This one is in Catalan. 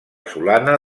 solana